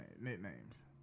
nicknames